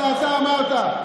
את זה אתה אמרת,